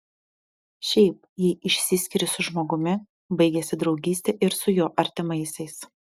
šiaip jei išsiskiri su žmogumi baigiasi draugystė ir su jo artimaisiais